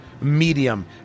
medium